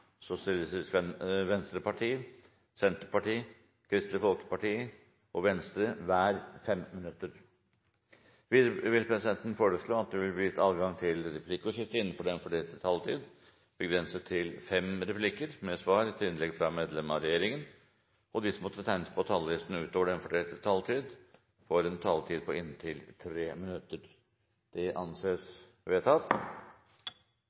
Sosialistisk Venstreparti 5 minutter, Senterpartiet 5 minutter, Kristelig Folkeparti 5 minutter og Venstre 5 minutter. Videre vil presidenten foreslå at det blir gitt anledning til replikkordskifte begrenset til fem replikker med svar etter innlegg fra medlem av regjeringen innenfor den fordelte taletid. Videre blir det foreslått at de som måtte tegne seg på talerlisten utover den fordelte taletid, får en taletid på inntil 3 minutter. Jeg registrerer at det